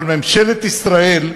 אבל ממשלת ישראל,